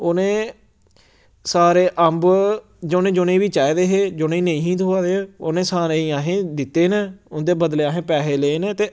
उ'नें सारे अम्ब जिनें जिनें गी बी चाहिदे हे जिनें गी नेईं हे थ्होआ दे हे उ'नें सारें गी असें दित्ते न उं'दे बदले असें पैहे ले न ते